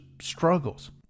struggles